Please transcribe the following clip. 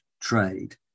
trade